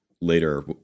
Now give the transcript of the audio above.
Later